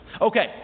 Okay